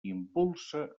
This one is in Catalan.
impulsa